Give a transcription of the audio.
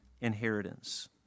inheritance